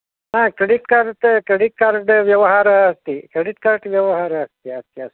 आ credit card credit card व्यवहारः अस्ति क्रेडिट् कार्ड् व्यवहारः अस्ति अस्ति अस्ति अस्